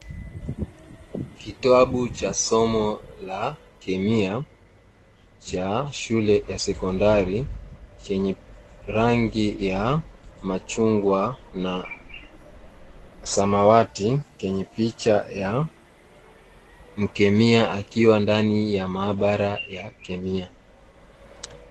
Kitabu cha somo la kemia cha shule ya sekondari chenye rangi ya machungwa na samawati chenye picha ya mkemia akiwa ndani ya maabara ya kemia.